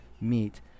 meat